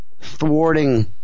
thwarting